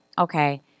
Okay